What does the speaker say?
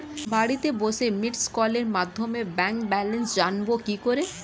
বাড়িতে বসে মিসড্ কলের মাধ্যমে ব্যাংক ব্যালেন্স জানবো কি করে?